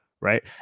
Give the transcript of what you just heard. right